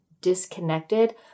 disconnected